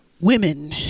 women